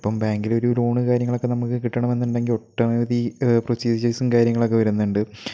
ഇപ്പം ബാങ്കിലൊരു ലോൺ കാര്യങ്ങളൊക്കെ നമുക്ക് കിട്ടണമെന്നുണ്ടെങ്കിൽ ഒട്ടനവധി പ്രൊസീജേഴ്സും കാര്യങ്ങളൊക്കെ വരുന്നുണ്ട്